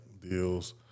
deals